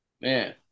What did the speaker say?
man